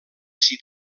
s’hi